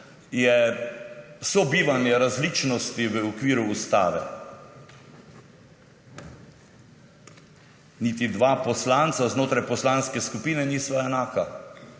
sobivanje različnosti v okviru ustave. Niti dva poslanca znotraj poslanske skupine nista enaka,